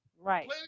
right